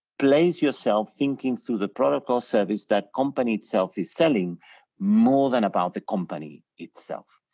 place yourself thinking through the product or service that company itself is selling more than about the company itself.